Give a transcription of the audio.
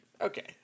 Okay